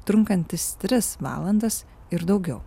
trunkantys tris valandas ir daugiau